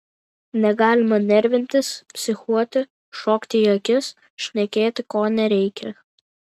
negalima nervintis psichuoti šokti į akis šnekėti ko nereikia